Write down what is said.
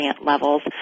levels